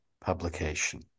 publication